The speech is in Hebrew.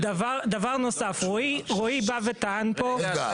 דבר נוסף, רואי בא וטען פה --- רגע.